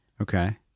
Okay